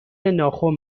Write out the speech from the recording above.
ناخن